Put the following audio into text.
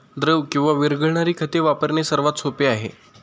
द्रव किंवा विरघळणारी खते वापरणे सर्वात सोपे आहे